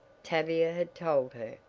tavia had told her,